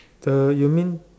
the you mean